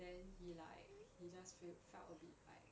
then he like he just feel felt a bit like